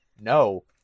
No